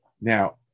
Now